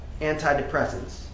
antidepressants